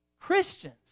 Christians